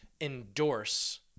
endorse